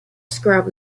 scrub